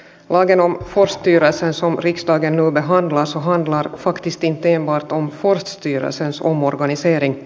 lagen om forststyrelsen som riksdagen nu behandlar handlar faktiskt inte enbart om forststyrelsens omorganisering